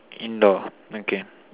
indoor okay